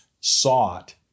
sought